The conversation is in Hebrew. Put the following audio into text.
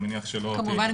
מעבר לכך